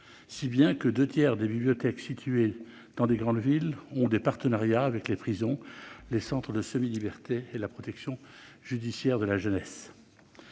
si bien que deux tiers des bibliothèques situées dans de grandes villes ont des partenariats avec les prisons, les centres de semi-liberté et la protection judiciaire de la jeunesse.